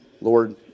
Lord